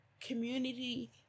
community